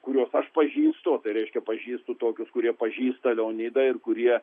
kuriuos aš pažįstu o tai reiškia pažįstu tokius kurie pažįsta leonidą ir kurie